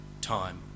time